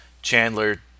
Chandler